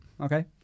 Okay